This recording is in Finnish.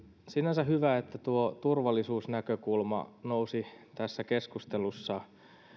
sinänsä hyvä että tuo turvallisuusnäkökulma nousi tässä keskustelussa